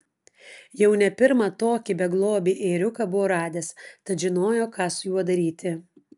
jau ne pirmą tokį beglobį ėriuką buvo radęs tad žinojo ką su juo daryti